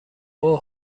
اوه